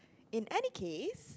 in any case